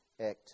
act